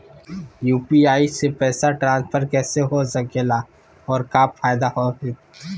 UPI से पैसा transfer कैसे हो सके ला और का फायदा होएत?